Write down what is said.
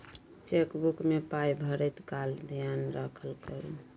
chequebook मे पाय भरैत काल धेयान राखल करू